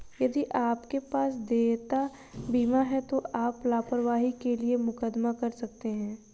यदि आपके पास देयता बीमा है तो आप लापरवाही के लिए मुकदमा कर सकते हैं